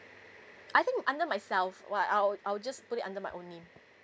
I think under myself well I'll I'll just put it under my own name